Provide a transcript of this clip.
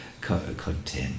content